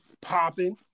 popping